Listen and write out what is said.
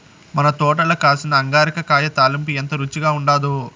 మన తోటల కాసిన అంగాకర కాయ తాలింపు ఎంత రుచిగా ఉండాదో